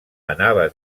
anava